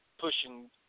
pushing